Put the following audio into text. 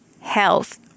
health